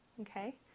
okay